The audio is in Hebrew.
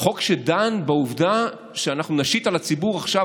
חוק שדן בעובדה שאנחנו נשית על הציבור עכשיו